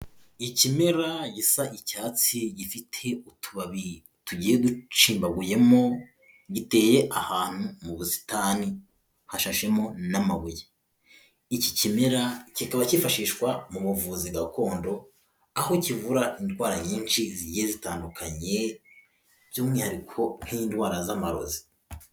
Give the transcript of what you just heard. Ikimera gisa icyatsi gifite utubabi tugiye gucimbaguyemo giteye ahantu mu busitani hashashemo n'amabuye. Iki kimera kikaba kifashishwa mu buvuzi gakondo, aho kivura indwara nyinshi zigiye zitandukanye by'umwihariko nk'indwara z'amarozi.